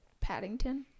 Paddington